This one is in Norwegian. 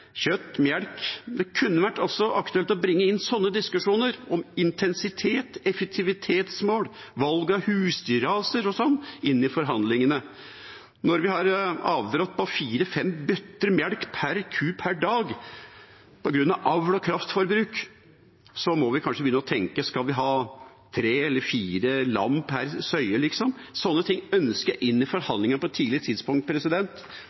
kjøtt, melk. Det kunne også vært aktuelt å bringe diskusjoner om intensitet, effektivitetsmål, valg av husdyrraser og sånt inn i forhandlingene. Når vi har avdrått på fire–fem bøtter melk per ku per dag på grunn av avl og kraftfôrbruk, må vi kanskje begynne å tenke: Skal vi ha tre eller fire lam per søye? Sånne ting ønsker jeg inn i forhandlingene på et tidlig tidspunkt,